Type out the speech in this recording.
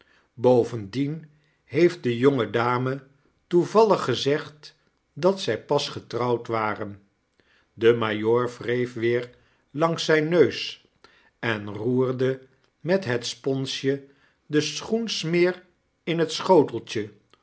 bovendien heeft de jonge dame toevallig gezegd dat zy pas getrouwd waren de majoor wreef weer langs zyn neus en roerde met het sponsje de schoensmeer in het schoteltje